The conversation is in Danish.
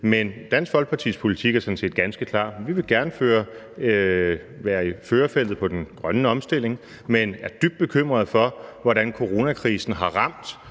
Men Dansk Folkepartis politik er sådan set ganske klar: Vi vil gerne være i førerfeltet på den grønne omstilling, men er dybt bekymrede for, hvordan coronakrisen har ramt